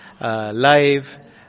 live